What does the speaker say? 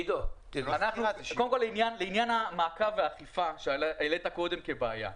לעניין המעקב והאכיפה שהעלית קודם כבעיה.